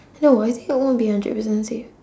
no I think it won't be hundred percent safe